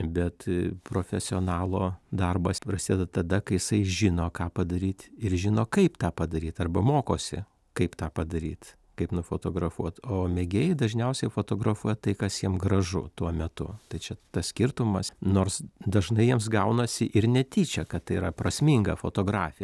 bet profesionalo darbas prasideda tada kai jisai žino ką padaryt ir žino kaip tą padaryt arba mokosi kaip tą padaryt kaip nufotografuot o mėgėjai dažniausiai fotografuoja tai kas jiem gražu tuo metu tai čia tas skirtumas nors dažnai jiems gaunasi ir netyčia kad tai yra prasminga fotografija